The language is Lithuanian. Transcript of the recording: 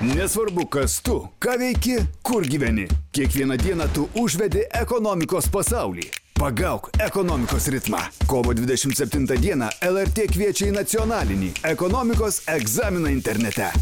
nesvarbu kas tu ką veiki kur gyveni kiekvieną dieną tu užvedi ekonomikos pasaulį pagauk ekonomikos ritmą kovo dvidešimt septintą dieną lrt kviečia į nacionalinį ekonomikos egzaminą internete